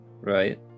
right